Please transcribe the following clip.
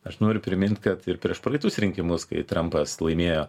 aš noriu primint kad ir prieš praeitus rinkimus kai trampas laimėjo